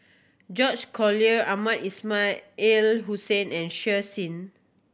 George Collyer Mohamed Ismail Hussain and Shen Xi